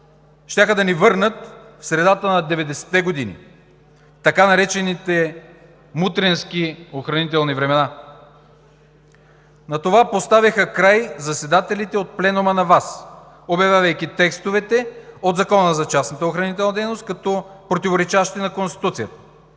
щяха да ни върнат в средата на 90-те години – така наречените „мутренски охранителни времена“. На това поставиха край заседателите от пленума на Висшия административен съд, обявявайки текстовете от Закона за частната охранителна дейност като противоречащи на Конституцията.